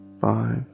Five